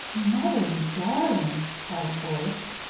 mother, you darling! cried a voice,